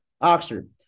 Oxford